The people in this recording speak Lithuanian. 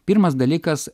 pirmas dalykas